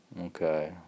Okay